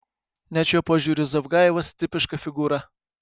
net šiuo požiūriu zavgajevas tipiška figūra